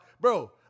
Bro